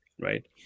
right